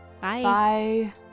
Bye